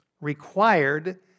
required